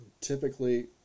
typically